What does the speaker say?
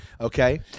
Okay